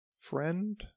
friend